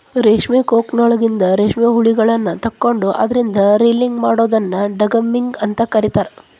ರೇಷ್ಮಿ ಕೋಕೂನ್ಗಳಿಂದ ರೇಷ್ಮೆ ಯಳಿಗಳನ್ನ ತಕ್ಕೊಂಡು ಅದ್ರಿಂದ ರೇಲಿಂಗ್ ಮಾಡೋದನ್ನ ಡಿಗಮ್ಮಿಂಗ್ ಅಂತ ಕರೇತಾರ